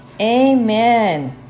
Amen